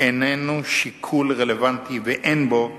איננו שיקול רלוונטי ואין בו